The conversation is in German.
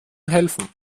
helfen